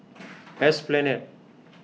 Esplanade